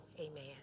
Amen